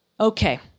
Okay